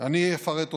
ואני אפרט אותם: